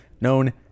known